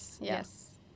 Yes